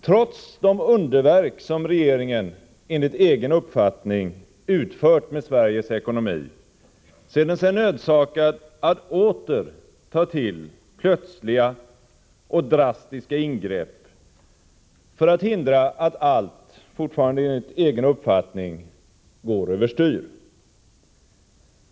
Trots de underverk som regeringen, enligt egen uppfattning, utfört med Sveriges ekonomi ser den sig nödsakad att åter ta till plötsliga och drastiska ingrepp för att hindra att allt, fortfarande enligt egen uppfattning, går över styr.